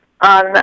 on